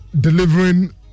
delivering